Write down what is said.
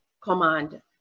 command